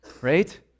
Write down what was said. right